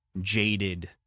jaded